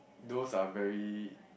those are very